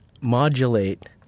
modulate